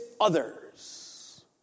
others